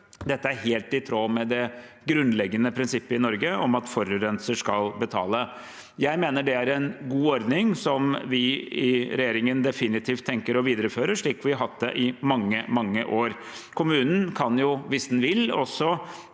Dette er helt i tråd med det grunnleggende prinsippet i Norge om at forurenser skal betale. Jeg mener det er en god ordning, som vi i regjeringen definitivt tenker å videreføre, slik vi har hatt det i mange, mange år. Kommunen kan, hvis den vil, i